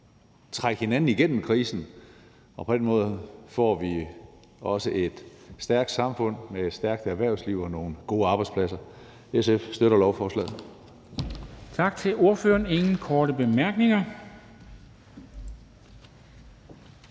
trække hinanden igennem krisen, og på den måde får vi også et stærkt samfund med et stærkt erhvervsliv og nogle gode arbejdspladser. SF støtter lovforslaget. Kl. 11:20 Formanden